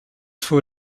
vor